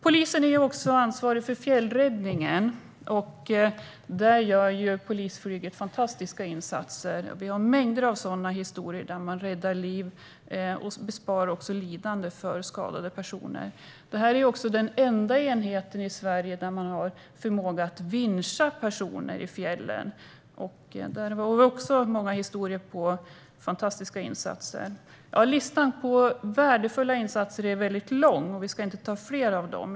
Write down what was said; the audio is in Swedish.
Polisen är också ansvarig för fjällräddningen. Där gör polisflyget fantastiska insatser. Det finns mängder av sådana historier där man räddar liv och besparar lidande för skadade personer. Det är också den enda enheten i Sverige där det finns förmåga att vinscha personer i fjällen. Det finns många historier om fantastiska insatser. Listan på värdefulla insatser är lång, och vi ska inte ta upp fler av dem.